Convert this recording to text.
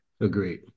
Agreed